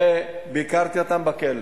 וביקרתי אותם בכלא,